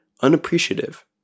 unappreciative